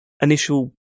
initial